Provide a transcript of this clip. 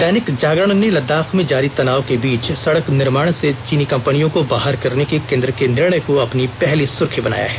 दैनिक जागरण ने लददाख में जारी तनाव के बीच सड़क निर्माण से चीनी कंपनियों को बाहर करने के केन्द्र के निर्णय को अपनी पहली सुर्खी बनाया है